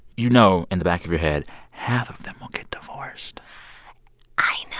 you know in the back of your head half of them will get divorced i know